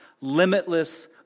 limitless